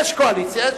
יש קואליציה.